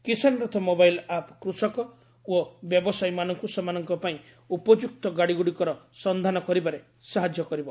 କିଶାନ Rath mobile app କୃଷକ ଓ ବ୍ୟବସାୟୀମାନଙ୍କୁ ସେମାନଙ୍କ ପାଇଁ ଉପଯୁକ୍ତ ଗାଡ଼ିଗ୍ରଡ଼ିକର ସନ୍ଧାନ କରିବାରେ ସାହାଯ୍ୟ କରିବ